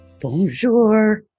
bonjour